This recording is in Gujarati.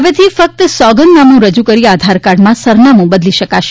હવેથી ફક્ત સોંગદનામું રજૂ કરીને આધારકાર્ડમાં સરનામું બદલી શકાશે